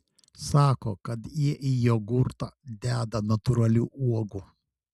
sako kad jie į jogurtą deda natūralių uogų